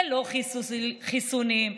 ללא חיסונים,